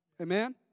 Amen